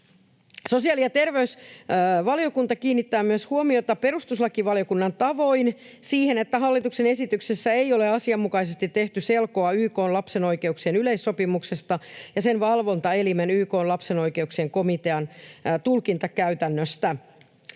Sosiaali- ja terveysvaliokunta kiinnittää myös huomiota perustuslakivaliokunnan tavoin siihen, että hallituksen esityksessä ei ole asianmukaisesti tehty selkoa YK:n lapsen oikeuksien yleissopimuksesta ja sen valvontaelimen YK:n lapsen oikeuksien komitean tulkintakäytännöstä